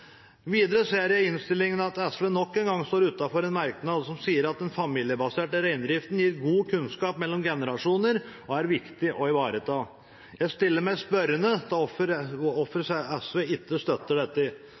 Videre ser jeg i innstillingen at SV nok en gang står utenfor en merknad som sier at «den familiebaserte reindriften gir viktig kunnskap mellom generasjoner og er viktig å ivareta». Jeg stiller meg spørrende til hvorfor SV ikke støtter dette.